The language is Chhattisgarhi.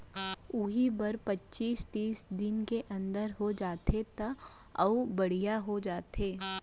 उही हर पचीस तीस दिन के अंदर हो जाथे त अउ बड़िहा हो जाथे